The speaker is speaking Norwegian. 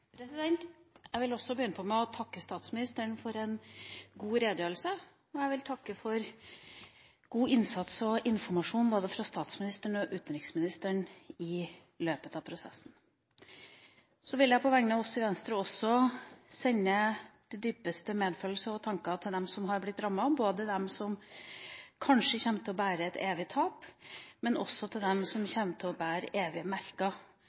redegjørelse, og jeg vil takke for god innsats og informasjon både fra statsministeren og utenriksministeren i løpet av prosessen. Så vil jeg på vegne av oss i Venstre også gi uttrykk for vår dypeste medfølelse – våre tanker går til dem som har blitt rammet, både til dem som kanskje kommer til å bære et evig tap, og til dem som kommer til å være evig